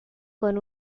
con